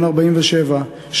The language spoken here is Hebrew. בן 47,